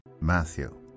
Matthew